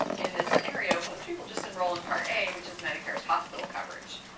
in this scenario, most people just enroll in part a, which is medicare's hospital coverage.